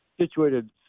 situated